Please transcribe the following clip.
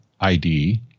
ID